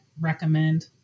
recommend